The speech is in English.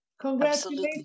Congratulations